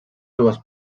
dues